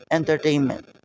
Entertainment